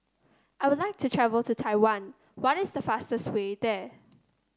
I would like to travel to Taiwan what is the fastest way there